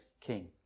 king